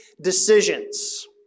decisions